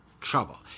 trouble